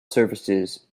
surfaces